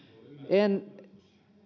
en